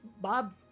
Bob